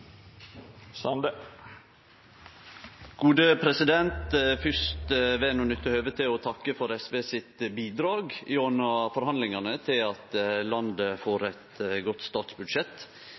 nytte høvet til å takke for SVs bidrag gjennom forhandlingane til at landet får eit godt statsbudsjett